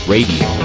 Radio